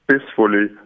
peacefully